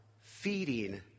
feeding